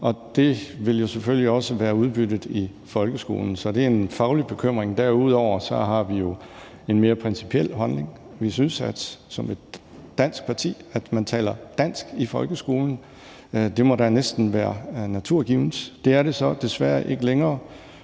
det vil selvfølgelig også være udbyttet i folkeskolen. Så det er en faglig bekymring. Derudover har vi jo en mere principiel holdning. Vi synes som et dansk parti, at man skal tale dansk i folkeskolen. Det må da næsten være naturgivent. Det er det så desværre ikke længere.